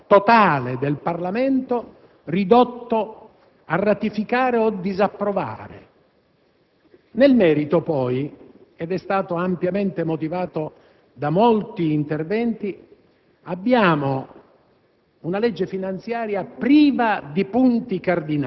Così si ha soltanto uno svuotamento totale del Parlamento, ridotto a ratificare o a disapprovare. Nel merito poi - ed è stato ampiamente motivato da molti interventi - abbiamo